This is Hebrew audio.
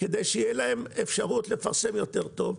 כדי שתהיה להם אפשרות לפרסם יותר טוב.